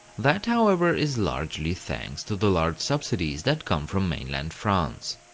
that however is largely thanks to the large subsidies that come from mainland france.